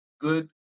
good